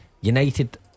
United